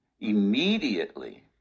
immediately